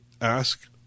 ask